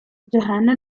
johanna